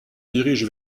dirige